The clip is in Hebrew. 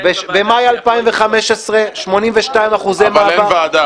אני צריך לנהל עם הוועדה שיח.